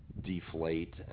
deflate